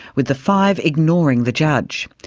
with the five ignoring the judge.